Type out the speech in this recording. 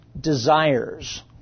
desires